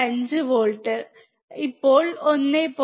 5 volt ഇപ്പോൾ 1